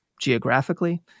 geographically